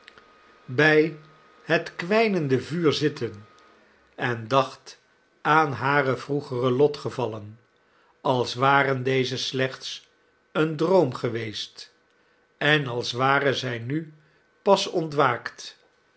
kwijnende vuur zitten en dacht aanharevroegere lotgevallen als waren deze slechts een droom geweest en als ware zij nu pas ontwaakt